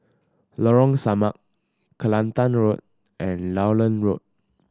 Lorong Samak Kelantan Road and Lowland Road